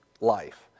life